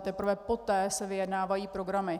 Teprve poté se vyjednávají programy.